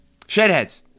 Shedheads